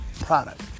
product